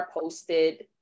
posted